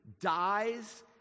dies